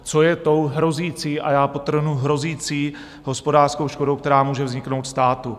Co je tou hrozící a já podtrhnu hrozící hospodářskou škodou, která může vzniknout státu?